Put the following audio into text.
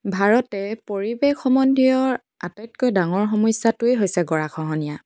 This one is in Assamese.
ভাৰতে পৰিৱেশ সম্বন্ধীয়ৰ আটাইতকৈ ডাঙৰ সমস্যাটোৱে হৈছে গৰাখহনীয়া